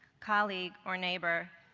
colleague or neighbor,